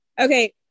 Okay